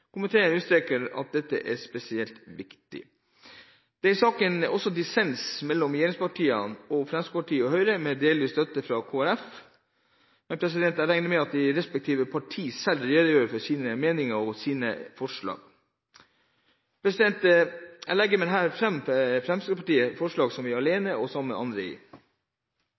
Komiteen understreker at dette er spesielt viktig. Det er i saken dissens mellom regjeringspartiene og Fremskrittspartiet og Høyre, med delvis støtte fra Kristelig Folkeparti. Jeg regner med at de respektive partier selv redegjør for sine meninger og sine forslag. Jeg legger med dette fram de forslag Fremskrittspartiet står alene eller sammen med andre